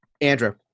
Andrew